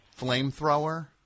Flamethrower